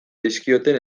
dizkioten